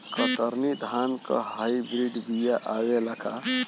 कतरनी धान क hybrid बिया आवेला का?